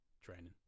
training